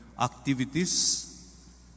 activities